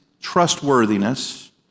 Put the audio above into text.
trustworthiness